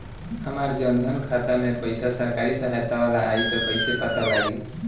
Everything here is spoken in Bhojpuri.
हमार जन धन खाता मे पईसा सरकारी सहायता वाला आई त कइसे पता लागी?